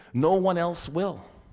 no one else will.